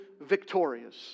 victorious